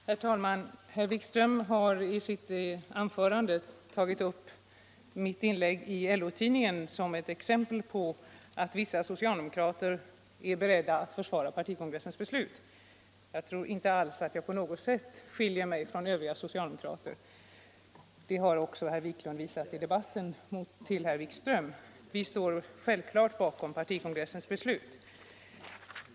Herr talman! Herr Wikström tog i sitt anförande upp mitt inlägg i LO-tidningen som ett exempel på att vissa socialdemokrater är beredda att försvara partikongressens beslut. Jag tror inte alls att jag på något sätt skiljer mig från övriga socialdemokrater — det har herr Wiklund visat i debatten. Vi står självklart bakom partikongressens beslut.